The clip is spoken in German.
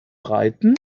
reiten